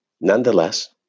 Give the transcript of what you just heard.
Nonetheless